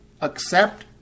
accept